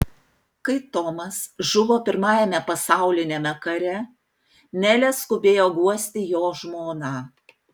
kai tomas žuvo pirmajame pasauliniame kare nelė skubėjo guosti jo žmoną